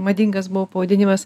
madingas buvo pavadinimas